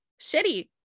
shitty